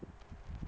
mmhmm